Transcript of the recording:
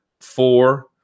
four